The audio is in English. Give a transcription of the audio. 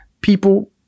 people